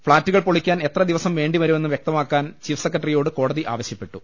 ഫ്ളാറ്റുകൾ പൊളിക്കാൻ എത്ര ദിവസം ്വേണ്ടി വരുമെന്ന് വ്യക്തമാക്കാൻ ചീഫ് സെക്രട്ടറിയോട് കോടതി ആവശ്യപ്പെട്ടു